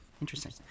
interesting